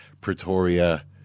Pretoria